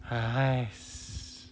ha !hais!